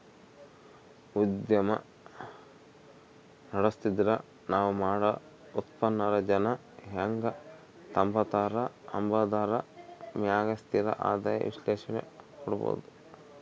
ಉದ್ಯಮ ನಡುಸ್ತಿದ್ರ ನಾವ್ ಮಾಡೋ ಉತ್ಪನ್ನಾನ ಜನ ಹೆಂಗ್ ತಾಂಬತಾರ ಅಂಬಾದರ ಮ್ಯಾಗ ಸ್ಥಿರ ಆದಾಯ ವಿಶ್ಲೇಷಣೆ ಕೊಡ್ಬೋದು